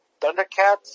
Thundercats